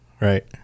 Right